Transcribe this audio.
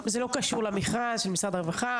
זה לא קשור למכרז של משרד הרווחה,